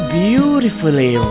beautifully